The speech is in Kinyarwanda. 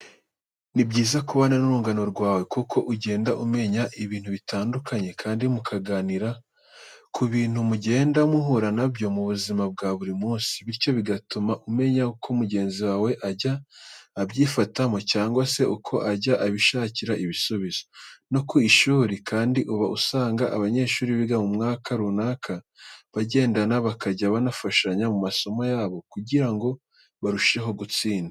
Ni byiza kubana n'urungano rwawe kuko ugenda umenya ibintu bitandukanye kandi mukaganira ku bintu mugenda muhura na byo mu buzima bwa buri munsi, bityo bigatuma umenya uko mugenzi wawe ajya abyifatamo cyangwa se uko ahya abishakira ibisubizo. No ku ishuri kandi uba usanga abanyeshuri biga mu mwaka runaka bagendana bakajya banafashanya mu masomo yabo kugira ngo barusheho gutsinda.